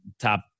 top